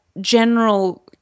general